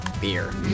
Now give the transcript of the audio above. beer